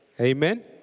Amen